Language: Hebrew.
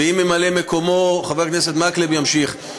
ואם ממלא-מקומו חבר הכנסת מקלב ימשיך,